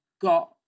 got